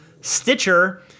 stitcher